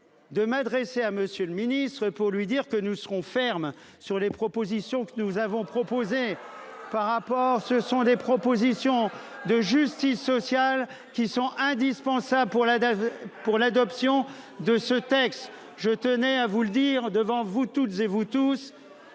De m'adresser à monsieur le ministre pour lui dire que nous serons fermes sur les propositions que nous avons proposé par rapport. Ce sont des propositions de justice sociale qui sont indispensables pour la pour l'adoption de ce texte. Je tenais à vous le dire devant vous toutes et vous tous